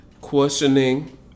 questioning